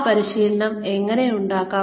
ആ പരിശീലനം എങ്ങനെ ഉണ്ടാക്കാം